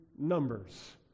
numbers